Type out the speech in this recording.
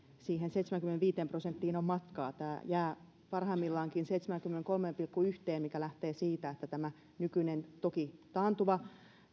siihen seitsemäänkymmeneenviiteen prosenttiin on matkaa tämä jää parhaimmillaankin seitsemäänkymmeneenkolmeen pilkku yhteen mikä lähtee siitä että tämä nykyinen suhdannekehitys toki taantuva